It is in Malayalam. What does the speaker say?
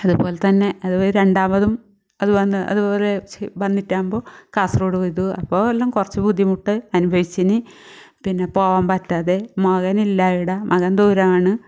അതെപോലെ തന്നെ അത് രണ്ടാമതും അത് വന്ന് അതുപോലെ വന്നിട്ടാകുമ്പോൾ കാസർഗോഡ് പൊയ്തു അപ്പോൾ എല്ലാം കുറച്ച് ബുദ്ധിമുട്ട് അനുഭവിച്ചിനി പിന്നെ പോവാൻ പറ്റാതെ മകൻ ഇല്ല ഇവിടെ മകൻ ദൂരെയാണ്